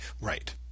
Right